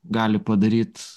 gali padaryt